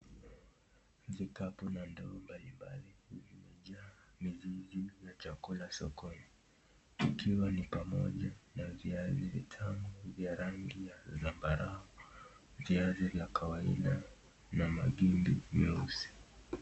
Vikapu za ndoo mbalimbali zimejaa mizizi ya chakula sokoni, ikiwa ni pamoja na viazi vitamu vya rangi ya zambarau, viazi vya kawaida, na mahindi meusi.